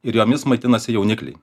ir jomis maitinasi jaunikliai